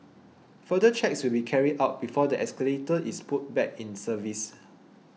further checks will be carried out before the escalator is put back in service